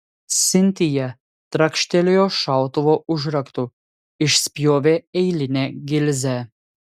sintija trakštelėjo šautuvo užraktu išspjovė eilinę gilzę